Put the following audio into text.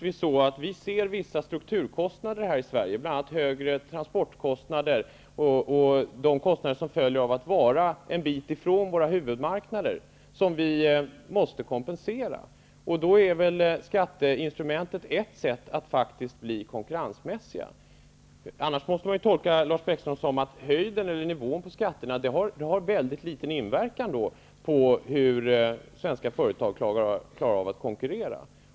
Vi ser vissa strukturkostnader här i Sverige, bl.a. högre transportkostnader och de kostnader som följer av att vara en bit ifrån våra huvudmarknader, som vi måste kompensera. Då är skatteinstrumentet ett sätt att faktiskt bli konkurrenskraftiga. Annars måste man tolka Lars Bäckström så, att höjden eller nivån på skatterna har mycket liten inverkan på hur svenska företag klarar att konkurrera.